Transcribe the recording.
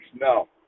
No